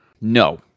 No